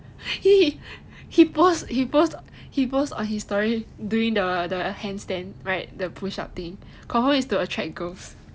he he post he post on his story doing the handstand right the push up thing confirm is to attract girls